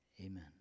Amen